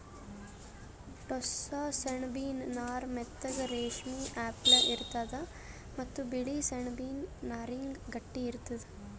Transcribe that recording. ಟೋಸ್ಸ ಸೆಣಬಿನ್ ನಾರ್ ಮೆತ್ತಗ್ ರೇಶ್ಮಿ ಅಪ್ಲೆ ಇರ್ತದ್ ಮತ್ತ್ ಬಿಳಿ ಸೆಣಬಿನ್ ನಾರ್ಗಿಂತ್ ಗಟ್ಟಿ ಇರ್ತದ್